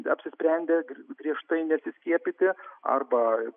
apsisprendė prieš tai nesiskiepyti arba